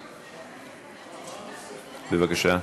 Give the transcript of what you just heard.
בבקשה.